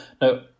no